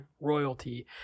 royalty